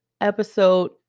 Episode